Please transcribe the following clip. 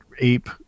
ape